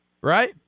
right